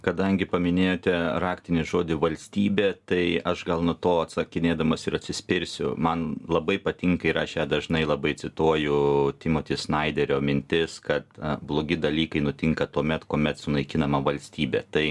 kadangi paminėjote raktinį žodį valstybė tai aš gal nuo to atsakinėdamas ir atsispirsiu man labai patinka ir aš ją dažnai labai cituoju timoti snaiderio mintis kad blogi dalykai nutinka tuomet kuomet sunaikinama valstybė tai